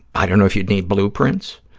i don't know if you'd need blueprints.